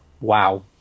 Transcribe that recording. wow